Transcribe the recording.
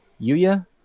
Yuya